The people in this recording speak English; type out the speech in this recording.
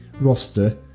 roster